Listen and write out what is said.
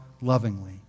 lovingly